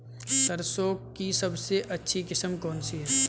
सरसों की सबसे अच्छी किस्म कौन सी है?